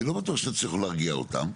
אני לא בטוח שתצליחו להרגיע אותם,